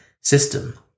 system